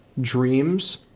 dreams